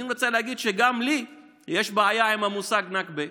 אני מנסה להגיד שגם לי יש בעיה עם המושג "נכבה"